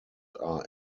are